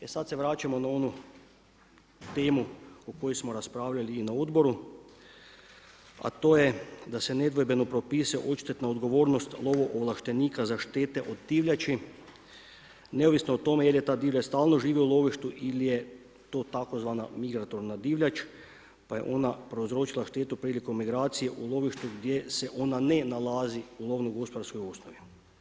E sad se vraćamo na onu temu o kojoj smo raspravljali i na odboru, a to je da se nedvojbeno propisuje odštetna odgovornost lovoovlaštenika za štete od divljači neovisno o tome jel je ta divljač stalno živi u lovištu ili je to takozvana migratorna divljač, pa je ona prouzročila štetu prilikom migracije u lovištu gdje se ona ne nalazi u lovno gospodarskoj osnovi.